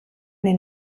den